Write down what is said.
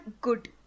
good